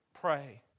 Pray